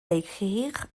écrire